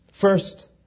First